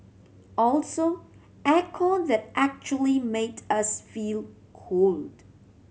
also air con that actually made us feel cold